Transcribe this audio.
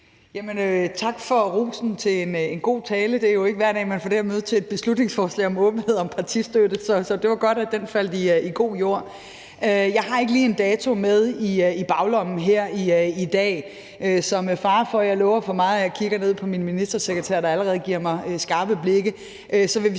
en god tale; det er jo ikke hver dag, man får det at vide i forbindelse med et beslutningsforslag om åbenhed om partistøtte. Så det var godt, at den faldt i god jord. Jeg har ikke lige en dato med i baglommen her i dag, så med fare for, at jeg lover for meget – og jeg kigger ned på min ministersekretær, der allerede sender mig skarpe blikke